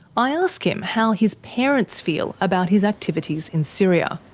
i ask him how his parents feel about his activities in syria.